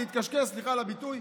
סליחה על הביטוי,